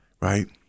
right